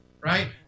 right